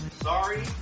sorry